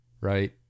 right